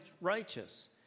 righteous